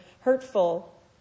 hurtful